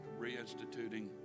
reinstituting